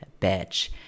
Bitch